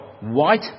White